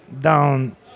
down